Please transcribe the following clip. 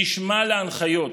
נשמע להנחיות.